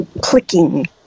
clicking